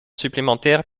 supplémentaire